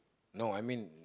no I mean